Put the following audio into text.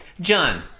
John